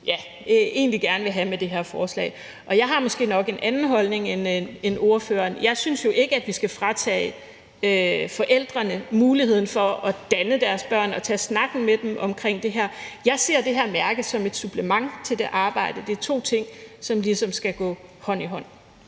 som I gerne vil have med det her forslag. Jeg har måske nok en anden holdning end spørgeren. Jeg synes jo ikke, at vi skal fratage forældrene muligheden for at danne deres børn og tage snakken med dem omkring det her. Jeg ser det her mærke som et supplement til det arbejde. Det er to ting, som ligesom skal gå hånd i hånd.